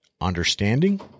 understanding